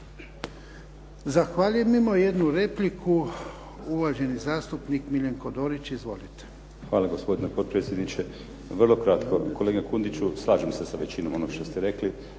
Zahvaljujem. Imamo jednu repliku, uvaženi zastupnik Miljenko Dorić. Izvolite. **Dorić, Miljenko (HNS)** Hvala gospodine potpredsjedniče. Vrlo kratko. Kolega Kundiću, slažem se sa većinom onog što ste rekli,